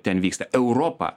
ten vyksta europa